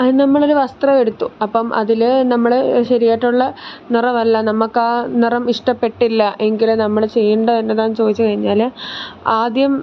അത് നമ്മളൊരു വസ്ത്രമെടുത്തു അപ്പം അതിൽ നമ്മൾ ശരിയായിട്ടുള്ള നിറമല്ല നമുക്ക് ആ നിറം ഇഷ്ടപ്പെട്ടില്ല എങ്കിൽ നമ്മൾ ചെയ്യേണ്ടത് എന്നതാണെന്ന് ചോദിച്ചുകഴിഞ്ഞാൽ ആദ്യം